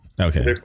Okay